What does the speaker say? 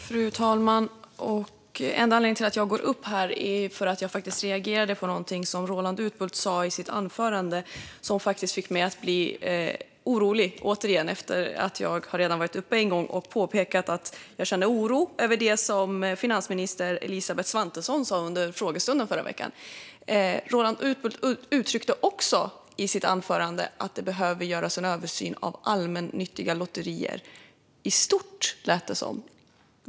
Fru talman! Enda anledningen till att jag går upp i talarstolen är för att jag reagerade på något som Roland Utbult sa i sitt anförande och som faktiskt gjorde mig orolig. Jag har redan påpekat att jag känner oro över det som finansminister Elisabeth Svantesson sa under frågestunden förra veckan. Roland Utbult uttryckte också i sitt anförande att det behöver göras en översyn av allmännyttiga lotterier i stort.